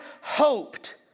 hoped